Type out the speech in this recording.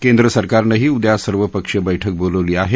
केंद्र सरकारनंही उद्या सर्वपक्षीय बैठक बोलावली आहे